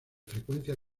frecuencia